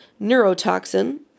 neurotoxin